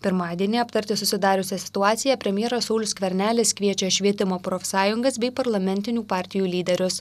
pirmadienį aptarti susidariusią situaciją premjeras saulius skvernelis kviečia švietimo profsąjungas bei parlamentinių partijų lyderius